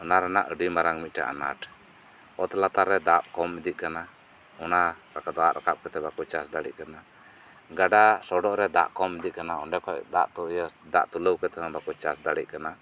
ᱚᱱᱟ ᱨᱮᱭᱟᱜ ᱟᱹᱰᱤ ᱢᱟᱨᱟᱝ ᱢᱤᱫᱴᱮᱱ ᱟᱱᱟᱴ ᱚᱛ ᱞᱟᱛᱟᱨᱮ ᱫᱟᱜ ᱠᱚᱢ ᱤᱫᱤᱜ ᱠᱟᱱᱟ ᱚᱱᱟ ᱫᱟᱜ ᱨᱟᱠᱟᱵᱽ ᱠᱟᱛᱮᱫ ᱵᱟᱠᱚ ᱪᱟᱥ ᱫᱟᱲᱮᱭᱟᱜ ᱠᱟᱱᱟ ᱜᱟᱰᱟ ᱥᱚᱰᱚᱜ ᱨᱮ ᱫᱟᱜ ᱠᱚᱢ ᱤᱫᱤᱜ ᱠᱟᱱᱟ ᱚᱸᱰᱮ ᱠᱷᱚᱱ ᱫᱟᱜ ᱫᱟᱜ ᱛᱩᱞᱟᱹᱣ ᱠᱟᱛᱮᱫ ᱦᱚᱸ ᱵᱟᱠᱚ ᱪᱟᱥ ᱫᱟᱲᱮᱭᱟᱜ ᱠᱟᱱᱟ